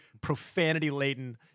profanity-laden